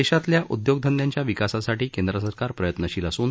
देशातल्या उद्योगधंद्यांच्या विकासासाठी केंद्र सरकार प्रयत्नशील असन